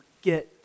forget